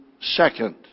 second